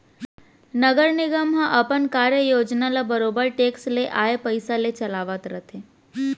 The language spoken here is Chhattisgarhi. नगर निगम ह अपन कार्य योजना ल बरोबर टेक्स के आय पइसा ले चलावत रथे